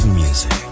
music